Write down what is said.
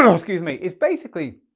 and excuse me. it's basically,